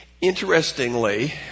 Interestingly